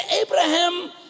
Abraham